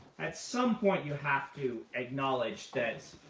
at some point you have to acknowledge that,